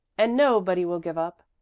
and nobody will give up.